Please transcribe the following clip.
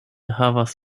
havas